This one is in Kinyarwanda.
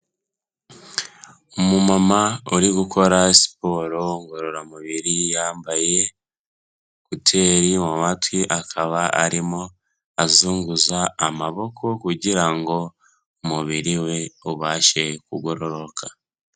Umumama uri gukora siporo ngororamubiri, yambaye kuteri mu matwi, akaba arimo azunguza amaboko kugira ngo umubiri we ubashe kugororoka.